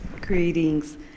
Greetings